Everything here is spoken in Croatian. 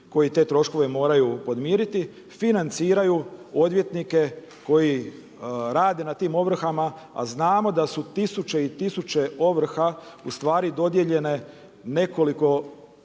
koji te troškove moraju podmiriti financiraju odvjetnike koji rade na tim ovrhama. A znamo da su tisuće i tisuće ovrha ustvari dodijeljene nekolicini odvjetničkih